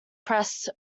press